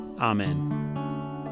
Amen